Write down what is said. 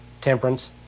temperance